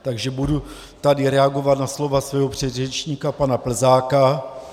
Takže tady budu reagovat na slova svého předřečníka pana Plzáka.